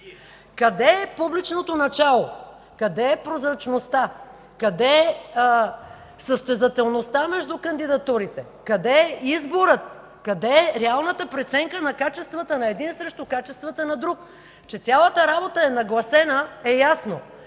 Къде е публичното начало? Къде е прозрачността, къде е състезателността между кандидатурите? Къде е изборът, къде е реалната преценка на качествата на един срещу качествата на друг? Че цялата работа е нагласена, е ясно